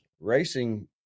racing